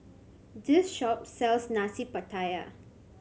this shop sells Nasi Pattaya